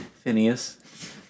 Phineas